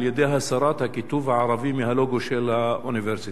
על-ידי הסרת הכיתוב הערבי מהלוגו של האוניברסיטה.